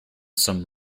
some